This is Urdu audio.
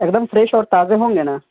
ایک دم فریش اور تازے ہوں گے نا